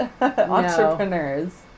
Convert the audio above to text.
entrepreneurs